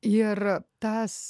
ir tas